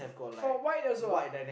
for white also ah